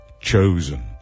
chosen